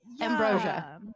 Ambrosia